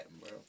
bro